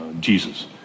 Jesus